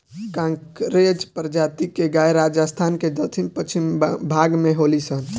कांकरेज प्रजाति के गाय राजस्थान के दक्षिण पश्चिम भाग में होली सन